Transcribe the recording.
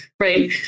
Right